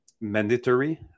mandatory